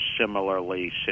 similarly